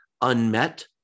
unmet